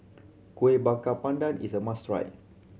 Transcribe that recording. Kueh Bakar Pandan is a must try